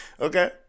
okay